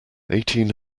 eighteen